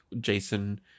Jason